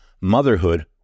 Motherhood